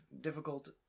difficult